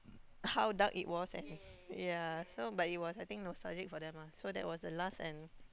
how dark it was and ya so but it was I think nostalgic for them ah so that was the last and